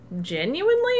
genuinely